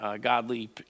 godly